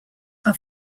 are